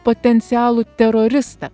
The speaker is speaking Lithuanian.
potencialų teroristą